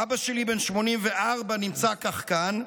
אבא שלי, בן 84, נמצא כך כאן,